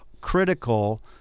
critical